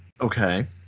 Okay